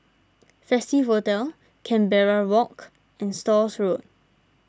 Festive Hotel Canberra Walk and Stores Road